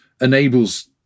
enables